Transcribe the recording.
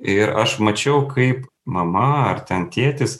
ir aš mačiau kaip mama ar ten tėtis